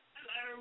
Hello